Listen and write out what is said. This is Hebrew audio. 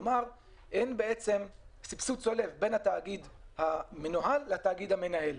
כלומר אין סבסוד צולב בין התאגיד המנוהל לתאגיד המנהל.